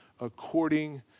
according